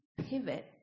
pivot